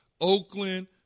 Oakland